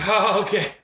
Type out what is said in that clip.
Okay